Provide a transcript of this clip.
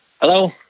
Hello